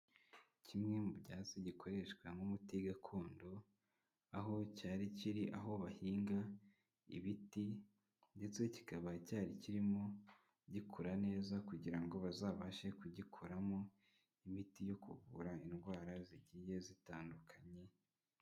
Kimwe mu byatsi gikoreshwa nk'umuti gakondo, aho cyari kiri aho bahinga ibiti ndetse kikaba cyari kirimo gikura neza kugira ngo bazabashe kugikoramo imiti yo kuvura indwara zigiye zitandukanye.